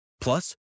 Plus